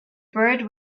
bird